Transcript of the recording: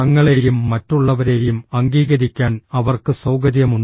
തങ്ങളെയും മറ്റുള്ളവരെയും അംഗീകരിക്കാൻ അവർക്ക് സൌകര്യമുണ്ട്